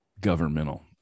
governmental